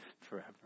forever